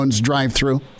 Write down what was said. drive-through